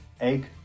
Egg